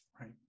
Right